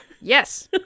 yes